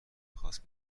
میخاست